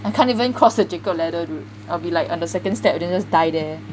I can't even cross the jacob's ladder dude I'll be on the second step then I'll just die there